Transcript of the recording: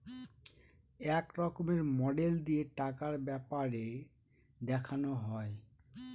এক রকমের মডেল দিয়ে টাকার ব্যাপার দেখানো হয়